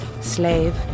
Slave